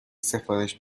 سفارش